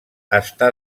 està